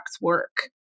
work